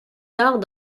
tard